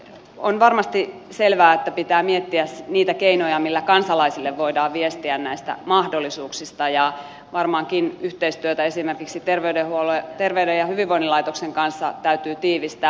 on varmasti selvää että pitää miettiä niitä keinoja millä kansalaisille voidaan viestiä näistä mahdollisuuksista ja varmaankin yhteistyötä esimerkiksi ter veyden ja hyvinvoinnin laitoksen kanssa täytyy tiivistää